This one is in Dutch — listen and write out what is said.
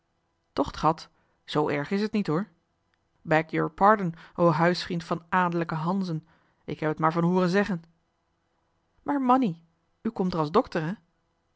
dorp tochtgat z erg is t niet hoor beg your pardon o huisvriend van adellijke hanzen ik heb het maar van hooren zeggen maar mànnie u komt er als dokter hè